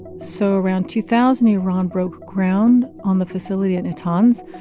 so around two thousand, iran broke ground on the facility at natanz.